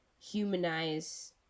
humanize